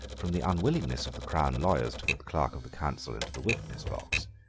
from the unwillingness of the crown lawyers to put the clerk of the council into the witness box,